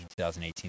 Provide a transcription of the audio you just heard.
2018